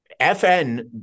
fn